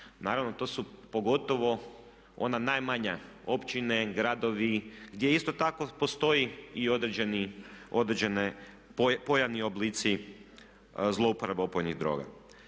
Naravno to su pogotovo one najmanje općine, gradovi, gdje isto tako postoje i određeni pojavni oblici zlouporabe opojnih droga.